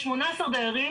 יש 18 דיירים